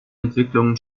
entwicklungen